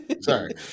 Sorry